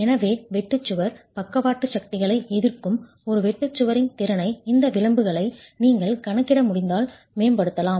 எனவே வெட்டு சுவர் பக்கவாட்டு சக்திகளை எதிர்க்கும் ஒரு வெட்டு சுவரின் திறனை இந்த விளிம்புகளை நீங்கள் கணக்கிட முடிந்தால் மேம்படுத்தலாம்